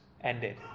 ended